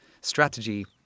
strategy